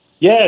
Yes